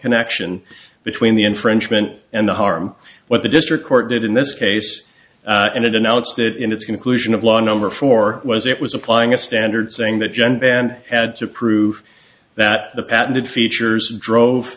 connection between the infringement and the harm what the district court did in this case and it announced it in its conclusion of law number four was it was applying a standard saying that gen band had to prove that the patented features drove